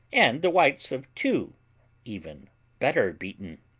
and the whites of two even better beaten.